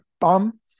bum